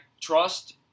trust